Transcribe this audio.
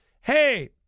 hey